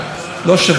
שלחו לי הודעות,